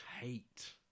hate